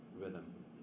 rhythm